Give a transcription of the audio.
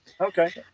okay